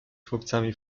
chłopcami